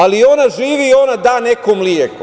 Ali, ona živi i ona da neko mleko.